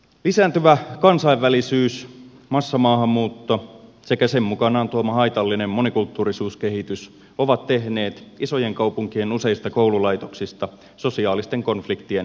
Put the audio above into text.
lisääntyvä kansainvälisyys massamaahanmuutto sekä sen mukanaan tuoma haitallinen monikulttuurisuuskehitys ovat tehneet isojen kaupunkien useista koululaitoksista sosiaalisten konfliktien kasvualustoja